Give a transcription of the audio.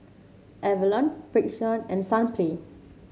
Avalon Frixion and Sunplay